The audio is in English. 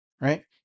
right